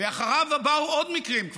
ואחריו באו כבר עוד מקרים,